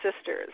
sisters